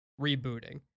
Rebooting